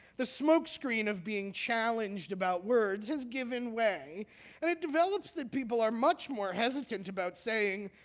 the smokescreen of being challenged about words has given way. and it develops that people are much more hesitant about saying,